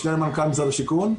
משנה למנכ"ל משרד השיכון.